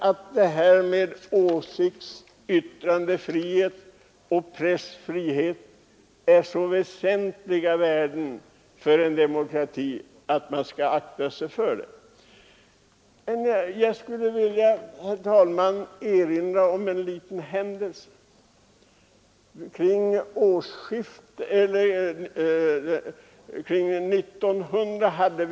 Åsiktsfriheten, yttrandefriheten och pressfriheten är så väsentliga värden för en demokrati att man skall akta sig för detta. Jag skulle, herr talman, i detta fall vilja erinra om Dreyfusaffären, som utspelades under åren omkring sekelskiftet.